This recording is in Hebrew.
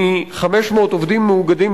מ-500 עובדים מאוגדים,